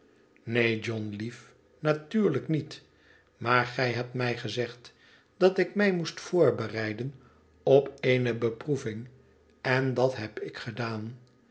neen john lief natuurlijk niet maar gij hebt mij gezegd dat ik mij moest voorbereiden op eene beproeving en dat heb ik gedaan